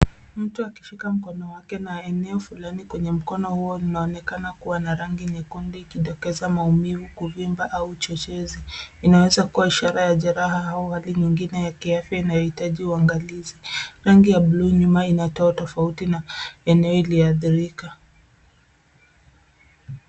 Mtu akishika mkono wake na eneo fulani kwenye mkono huo unaonekana kuwa na rangi nyekundi. Ikidokeza maumivu, kuvimba au uchochezi inaweza kuwa ishara ya jeraha au hali nyingine ya kiafya inayohitaji uangalizi. Rangi ya buluu nyuma inatoa tofauti na eneo iliyoathirika.